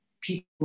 people